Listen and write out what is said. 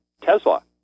Tesla